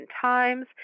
times